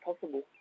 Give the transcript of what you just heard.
possible